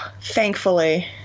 thankfully